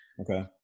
Okay